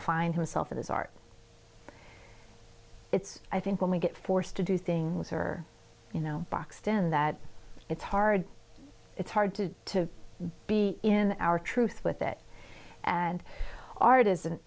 find himself it is art it's i think when we get forced to do things or you know boxed in that it's hard it's hard to to be in our truth with it and art isn't